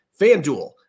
FanDuel